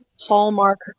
hallmark